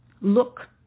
Look